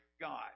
God